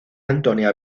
antonia